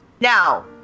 Now